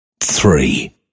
three